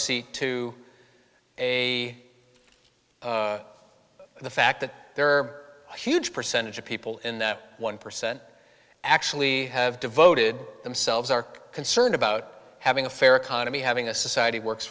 seat to a the fact that there are a huge percentage of people in the one percent actually have devoted themselves are concerned about having a fair economy having a society works